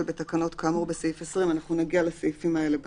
בתקנות כאמור בסעיף 20," אנחנו נגיע לסעיפים האלה בהמשך.